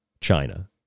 China